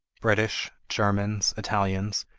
british, germans, italians,